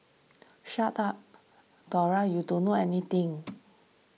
shut up Dora you don't know anything